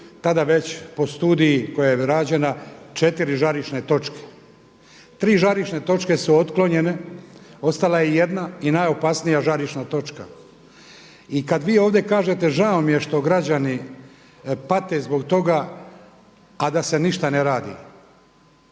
tada već po studiji koja je rađena četiri žarišne točke. Tri žarišne točke su otklonjene, ostala je jedna i najopasnija žarišna točka. I kada vi ovdje kažete žao mi je što građani pate zbog toga, a da se ništa ne radi,